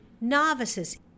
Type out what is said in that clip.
novices